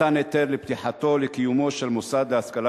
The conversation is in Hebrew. מתן היתר לפתיחתו ולקיומו של מוסד להשכלה